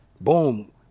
Boom